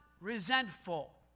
resentful